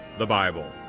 the bible.